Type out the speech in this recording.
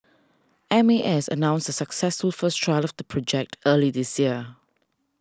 M A S announced a successful first trial of the project early this year